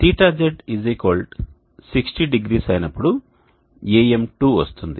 θz 600 అయినప్పుడు AM2 వస్తుంది